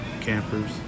campers